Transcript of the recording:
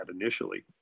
initially